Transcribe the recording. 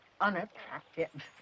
unattractive